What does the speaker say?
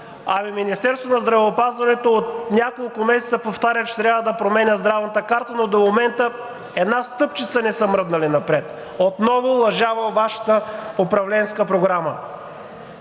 Министерството на здравеопазването от няколко месеца повтаря, че трябва да променя Здравната карта, но до момента една стъпчица не са мръднали напред. Отново лъжа във Вашата управленска програма.